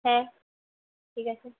হ্যাঁ ঠিক আছে